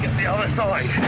the other side.